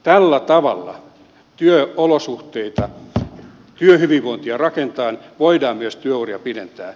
tällä tavalla työolosuhteita ja työhyvinvointia rakentaen voidaan myös työuria pidentää